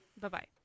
Bye-bye